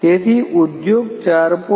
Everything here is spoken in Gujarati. તેથી ઉદ્યોગ 4